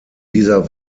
dieser